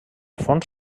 forns